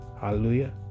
Hallelujah